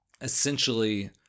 essentially –